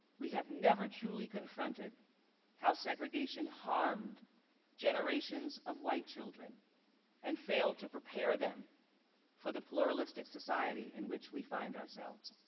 we have never truly confronted how segregation harmed generations of white children and failed to prepare them for the pluralistic society in which we find ourselves.